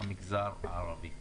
למגזר הערבי.